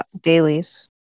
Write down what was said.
dailies